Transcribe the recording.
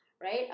right